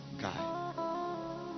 guy